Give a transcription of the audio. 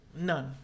none